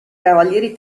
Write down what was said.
cavalieri